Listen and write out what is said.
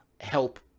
help